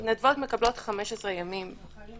המתנדבות מקבלות 15 ימים והחיילים